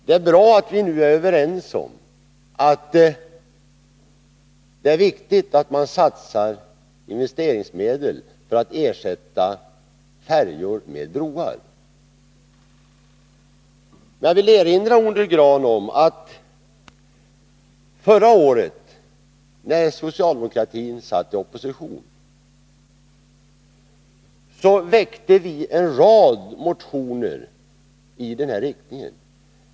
Det är bra att vi nu är överens om att det är viktigt att man satsar investeringsmedel för att ersätta färjor med broar. Jag vill erinra Olle Grahn om att vi förra året, när socialdemokratin satt i opposition, väckte en rad motioner i denna riktning.